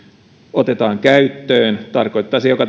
otetaan käyttöön tarkoittaa se joka